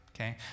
okay